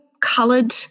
coloured